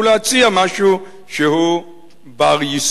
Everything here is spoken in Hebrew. ולהציע משהו שהוא בר-יישום.